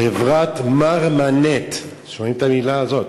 חברת "מרמנת" אתם שומעים את המילה הזאת?